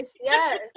yes